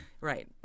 Right